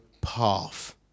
path